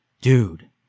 dude